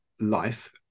life